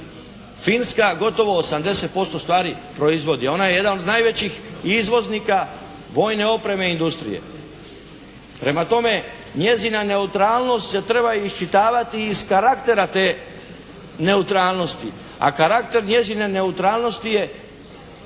Finska gotovo 80% stvari proizvodi. Ona je jedan od najvećih izvoznika vojne opreme i industrije. Prema tome, njezina neutralnost se treba iščitavati iz karaktera te neutralnosti, a karakter njezine neutralnosti je